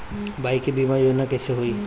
Bike बीमा योजना कैसे होई?